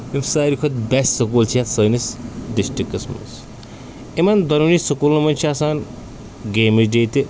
یِم ساروی کھۄتہٕ بٮ۪سٹ سکوٗل چھِ یَتھ سٲنِس ڈِسٹِرٛکَس منٛز یِمَن دۄنؤنی سکوٗلَن منٛز چھِ آسان گیمٕز ڈے تہِ